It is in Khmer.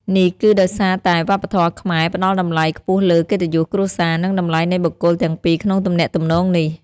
នេះគឺដោយសារតែវប្បធម៌ខ្មែរផ្តល់តម្លៃខ្ពស់លើ កិត្តិយសគ្រួសារ និងតម្លៃនៃបុគ្គលទាំងពីរក្នុងទំនាក់ទំនងនេះ។